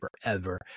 forever